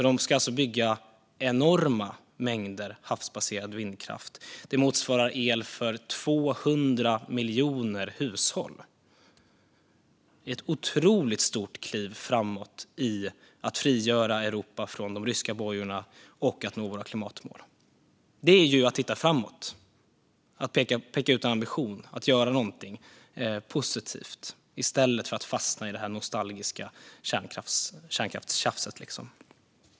De ska alltså bygga enorma mängder havsbaserad vindkraft. Det motsvarar el för 200 miljoner hushåll. Det är ett otroligt stort kliv framåt för att frigöra Europa från de ryska bojorna och nå våra klimatmål. Detta är att titta framåt och ha en ambition att göra något positivt i stället för att fastna i det nostalgiska kärnkraftstjafset.